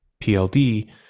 PLD